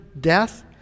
death